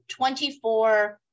24